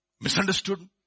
Misunderstood